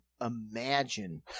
imagine